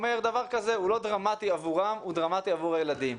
שהוא לא דרמטי עבורם אבל הוא דרמטי עבור הילדים.